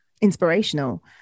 inspirational